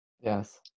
Yes